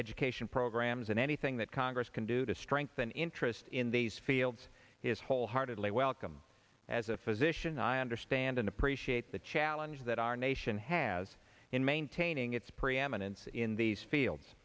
education programs and anything that congress can do to strengthen interest in these fields is wholeheartedly welcome as a physician i understand and appreciate the challenge that our nation has in maintaining its preeminence in these fields